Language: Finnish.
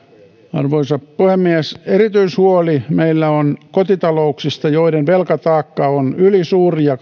arvoisa puhemies erityishuoli meillä on kotitalouksista joiden velkataakka on ylisuuri ja